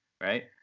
Right